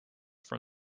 from